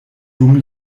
dum